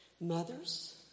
Mothers